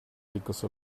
because